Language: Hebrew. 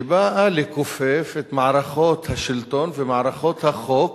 שבאה לכופף את מערכות השלטון ומערכות החוק